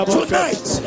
Tonight